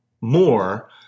more